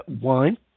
wine